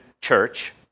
church